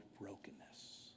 brokenness